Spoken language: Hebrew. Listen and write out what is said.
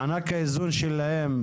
מענק האזור שלהם,